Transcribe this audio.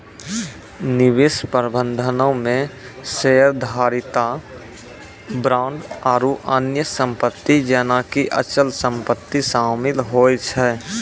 निवेश प्रबंधनो मे शेयरधारिता, बांड आरु अन्य सम्पति जेना कि अचल सम्पति शामिल होय छै